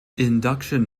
induction